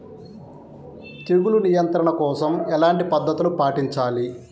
తెగులు నియంత్రణ కోసం ఎలాంటి పద్ధతులు పాటించాలి?